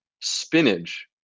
spinach